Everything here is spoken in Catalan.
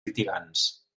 litigants